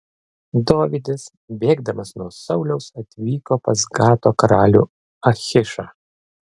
dovydas bėgdamas nuo sauliaus atvyko pas gato karalių achišą